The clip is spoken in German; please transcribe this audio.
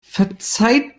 verzeiht